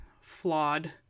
flawed